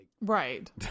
right